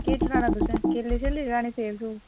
केह् चढ़ाना तुसें केले छेले चढ़ाने सेब सुब